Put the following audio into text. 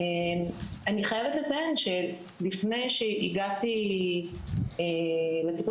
אני חייבת לציין שלפני שהגעתי לטיפול